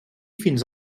fins